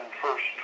first